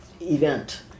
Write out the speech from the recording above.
event